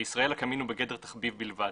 בישראל הקמין הוא בגדר תחביב בלבד.